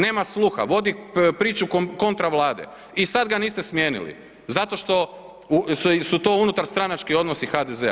Nema sluha, vodi priču kontra Vlade i sad ga niste smijenili, zato što, su to unutarstranački odnosi HDZ-a.